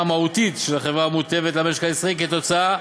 המהותית של החברה המוטבת למשק הישראלי כתוצאה